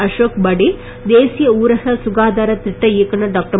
அஷோக் படே தேசிய ஊரக சுகாதாரத் திட்ட இயக்குனர் டாக்டர்